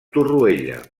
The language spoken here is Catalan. torroella